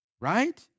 right